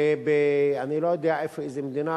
אני לא יודע איזו מדינה,